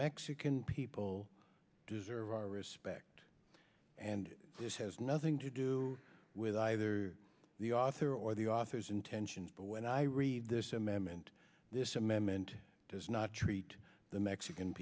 mexican people deserve our respect and this has nothing to do with either the author or the author's intentions but when i read this amendment this amendment does not treat the mexican